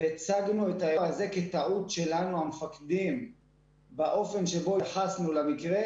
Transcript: והצגנו את האירוע כטעות שלנו המפקדים באופן שבו התייחסנו למקרה